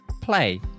play